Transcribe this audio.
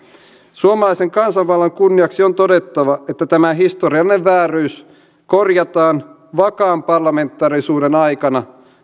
suomalaisen kansanvallan kunniaksi on todettava että tämä historiallinen vääryys korjataan vakaan parlamentaarisuuden aikana